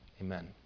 Amen